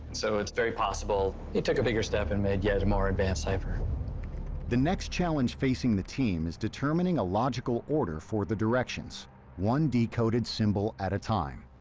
so it's very possible he took a bigger step and made yet a more advanced cipher. narrator the next challenge facing the team is determining a logical order for the directions one decoded symbol at a time.